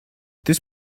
this